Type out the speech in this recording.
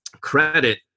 credit